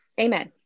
Amen